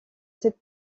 cet